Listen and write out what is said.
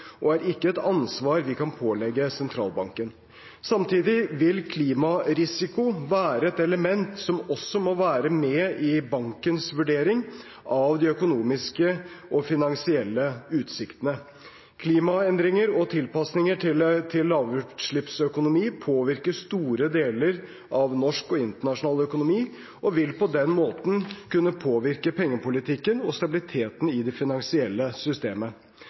og er ikke et ansvar vi kan pålegge sentralbanken. Samtidig vil klimarisiko være et element som også må være med i bankens vurdering av de økonomiske og finansielle utsiktene. Klimaendringer og tilpasninger til lavutslippsøkonomi påvirker store deler av norsk og internasjonal økonomi og vil på den måten kunne påvirke pengepolitikken og stabiliteten i det finansielle systemet.